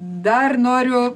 dar noriu